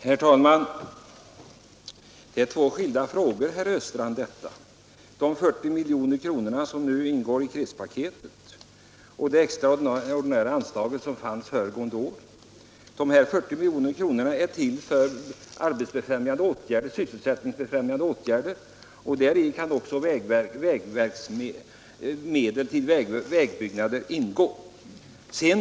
Herr talman! De 40 milj.kr. som nu ingår i krispaketet och det extra ordinära anslag som fanns föregående år är två skilda ting. De 40 miljonerna är till för sysselsättningsfrämjande åtgärder, och däri kan också medel till vägbyggnader ingå.